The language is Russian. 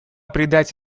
придать